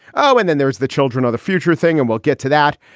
oh, and then there's the children of the future thing and we'll get to that.